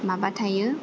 माबा थायो